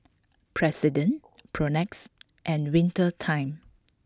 President Propnex and Winter Time